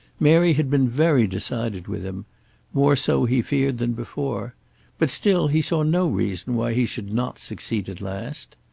mary had been very decided with him more so he feared than before but still he saw no reason why he should not succeed at last.